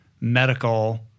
medical